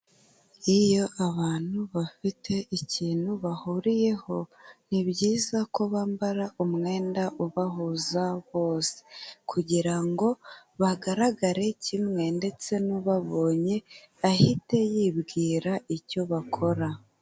Iyo abantu bafite ikintu bahuriyeho ni byiza ko bambara umwenda ubahuza bose, kugira ngo bagaragare kimwe, ndetse n'ubabonye ahite yibwira icyo bakora.